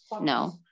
no